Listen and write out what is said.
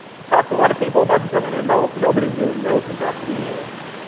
i've talked to a lot of people about becoming an adult. nobody really knows what that means.